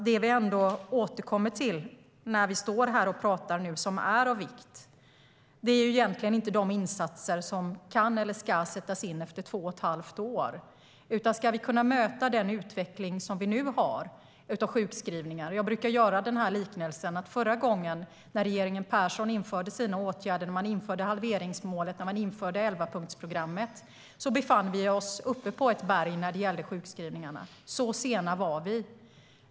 Det vi återkommer till, och som är av vikt, är egentligen inte de insatser som kan eller ska sättas in efter två och ett halvt år utan att möta den nuvarande utvecklingen av sjukskrivningar. Jag brukar göra liknelsen att förra gången när regeringen Persson införde halveringsmålet och 11-punktsprogrammet befann vi oss uppe på ett berg när det gäller sjukskrivningarna. Så sena var vi.